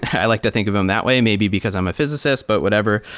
i like to think of them that way maybe because i'm a physicist, but whatever.